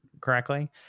correctly